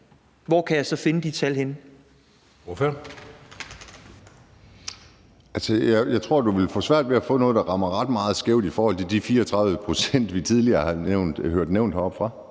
hvor kan jeg så finde de tal henne?